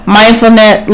mindfulness